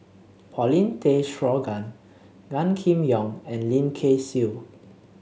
Paulin Tay Straughan Gan Kim Yong and Lim Kay Siu